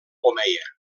omeia